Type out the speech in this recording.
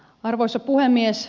arvoisa puhemies